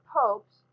popes